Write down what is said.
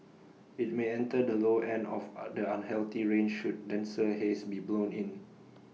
IT may enter the low end of are the unhealthy range should denser haze be blown in